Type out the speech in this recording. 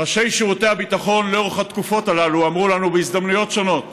ראשי שירותי הביטחון לאורך התקופות הללו אמרו לנו בהזדמנויות שונות